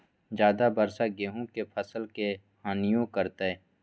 ज्यादा वर्षा गेंहू के फसल के हानियों करतै?